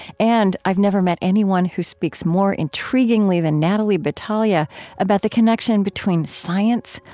and, i've never met anyone who speaks more intriguingly than natalie batalha about the connection between science,